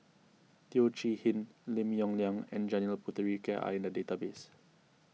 Teo Chee Hean Lim Yong Liang and Janil Puthucheary are in the database